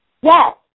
Yes